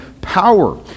power